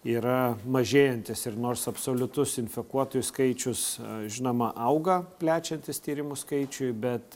yra mažėjantis ir nors absoliutus infekuotųjų skaičius žinoma auga plečiantis tyrimų skaičiui bet